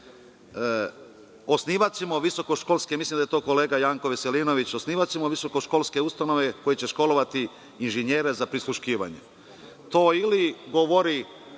neko ovde reče, mislim da je to kolega Janko Veselinović, osnivaćemo visokoškolske ustanove koje će školovati inžinjere za prisluškivanje. To ili govori